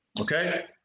okay